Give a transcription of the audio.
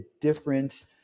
different